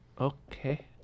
Okay